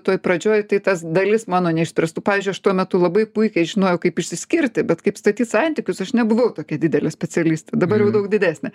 toj pradžioj tai tas dalis mano neišspręstų pavyzdžiui aš tuo metu labai puikiai žinojau kaip išsiskirti bet kaip statyt santykius aš nebuvau tokia didelė specialistė dabar jau daug didesnė